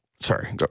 sorry